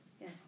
Yes